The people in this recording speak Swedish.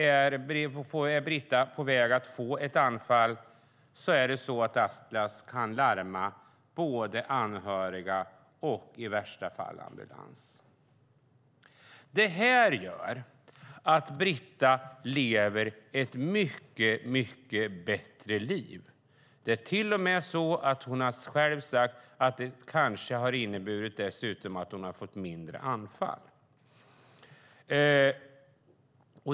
Är Britta på väg att få ett anfall kan Atlas larma både anhöriga och i värsta fall ambulans. Det här gör att Britta lever ett mycket bättre liv. Det är till och med så att hon har själv sagt att det dessutom har inneburit att hon kanske har fått färre anfall.